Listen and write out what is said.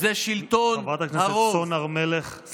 זה שלטון הרוב.